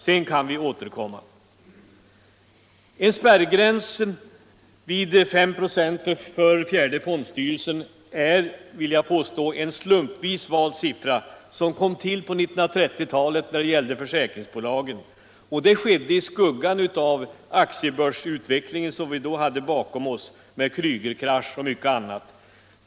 Sedan kan vi återkomma till det ärendet. En spärrgräns vid 5 ". för fjärde fondstyrelsen är, vill jag påstå, en slumpvis vald siffra, som kom till på 1930-talet när det gällde försäk ringsbolagen. Det skedde i skuggan av den aktiebörsutveckling som vi då hade bakom oss, med Kreugerkraschen och mycket annat.